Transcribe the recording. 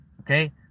Okay